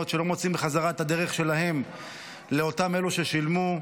שלא מוצאים בחזרה את הדרך שלהם לאותם אלו ששילמו,